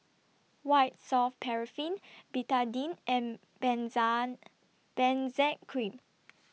White Soft Paraffin Betadine and Benzac Cream